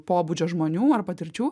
pobūdžio žmonių ar patirčių